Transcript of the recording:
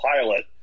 pilot